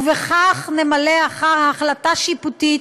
ובכך נמלא אחר החלטה שיפוטית